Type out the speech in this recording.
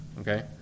okay